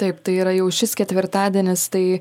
taip tai yra jau šis ketvirtadienis tai